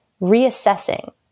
reassessing